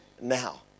now